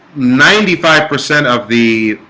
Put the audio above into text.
ninety five percent of the